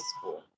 school